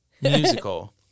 musical